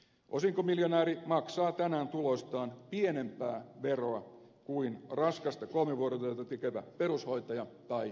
osinkomiljonääri maksaa tänään tuloistaan pienempää veroa kuin raskasta kolmivuorotyötä tekevä perushoitaja tai metallimies